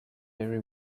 very